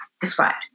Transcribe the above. described